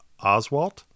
Oswalt